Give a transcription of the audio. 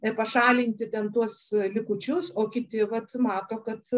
ir pašalinti ten tuos likučius o kiti vat mato kad